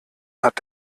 hat